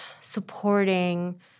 supporting